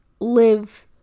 live